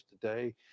today